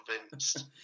convinced